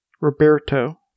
Roberto